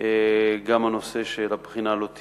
גם הנושא שהבחינה לא תזלוג,